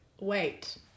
wait